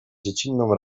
dziecinną